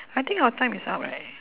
I think our time is up right